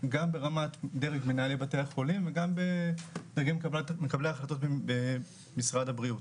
גם ברמת דרג מנהלי בתי החולים וגם בדרג מקבלי ההחלטות במשרד הבריאות,